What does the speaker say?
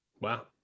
Wow